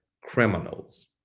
criminals